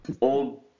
old